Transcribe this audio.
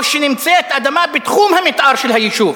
או שהאדמה נמצאת בתחום המיתאר של היישוב